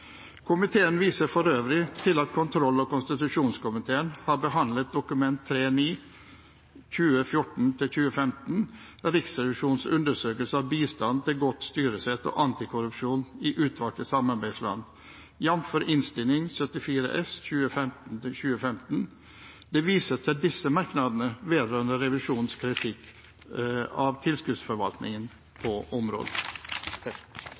Komiteen viser for øvrig til at kontroll- og konstitusjonskomiteen har behandlet Dokument 3:9 for 2014–2015, Riksrevisjonens undersøkelse av bistand til godt styresett og anti-korrupsjon i utvalgte samarbeidsland, jf. Innst. 74 S for 2015–2016. Det vises til merknadene i denne innstillingen når det gjelder Riksrevisjonens kritikk av tilskuddsforvaltningen